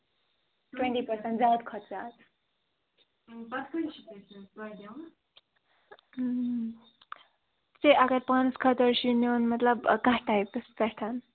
تُہٕنٛدۍ پٲٹھۍ زیادٕ کھۄتہٕ زیادٕ پَتہٕ کۭتِس چھِو تُہۍ اَگر پانَس خٲطرٕ چھُو نیُن مطلب کَتھ ٹایپَس پیٚٹھ